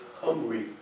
hungry